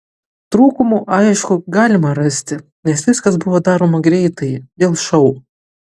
trūkumų aišku galima rasti nes viskas buvo daroma greitai dėl šou